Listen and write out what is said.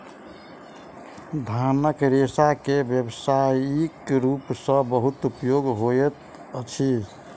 धानक रेशा के व्यावसायिक रूप सॅ बहुत उपयोग होइत अछि